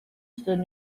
stood